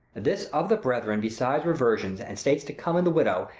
this of the brethren! beside reversions, and states to come in the widow,